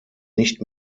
nicht